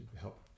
help